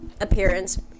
appearance